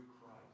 Christ